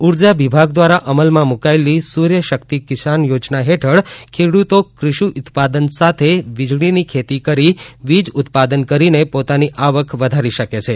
ઉર્જા વિભાગ દ્વારા અમલમાં મુકાયેલી સૂર્ય શકિત કિશાન યોજના હેઠળ ખેડૂતો કૃષિ ઉત્પાદન સાથે વીજળીની ખેતી કરી વીજ ઉત્પાદન કરીને પોતાની આવક વધારી શકે છે